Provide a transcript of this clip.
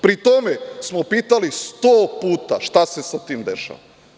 Pri tome smo pitali sto puta šta se sa tim dešava.